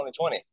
2020